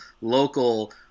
local